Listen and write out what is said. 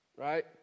right